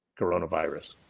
coronavirus